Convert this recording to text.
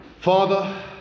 Father